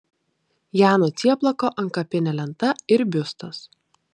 jano cieplako antkapinė lenta ir biustas